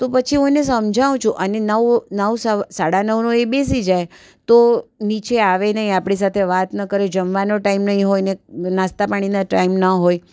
તો પછી હું એને સમજાવું છું અને નવ નવ સવા સાડા નવનો એ બેસી જાય તો નીચે આવે નહીં આપણી સાથે વાત ન કરે જમવાનો ટાઈમ નહીં હોય અને નાસ્તા પાણીનો ટાઈમ ન હોય